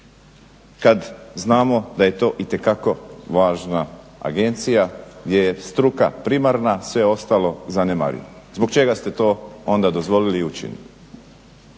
kad znamo da je to itekako važna agencija gdje je struka primarna, sve ostalo zanemarivo. Zbog čega ste to onda dozvolili i učinili?